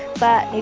but